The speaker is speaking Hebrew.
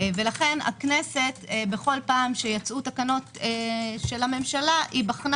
לכן הכנסת בכל פעם שיצאו תקנות של הממשלה היא בחנה